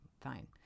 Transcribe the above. fine